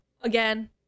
again